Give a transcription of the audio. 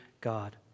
God